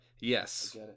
yes